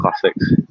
Classics